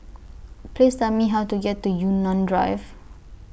Please Tell Me How to get to Yunnan Drive